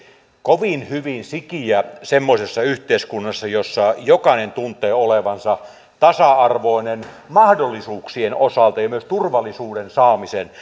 kovin hyvin sikiä semmoisessa yhteiskunnassa jossa jokainen tuntee olevansa tasa arvoinen mahdollisuuksien osalta ja myös turvallisuuden saamisen